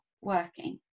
working